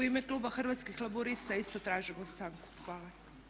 U ime kluba Hrvatskih laburista isto tražimo stanku, hvala.